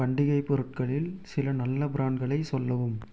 பண்டிகை பொருட்களில் சில நல்ல பிராண்ட்களை சொல்லவும்